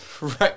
right